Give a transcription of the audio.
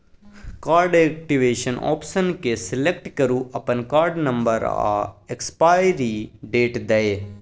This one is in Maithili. कार्ड एक्टिबेशन आप्शन केँ सेलेक्ट करु अपन कार्ड नंबर आ एक्सपाइरी डेट दए